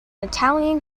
italian